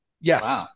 Yes